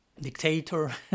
dictator